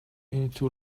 into